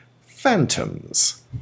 Phantoms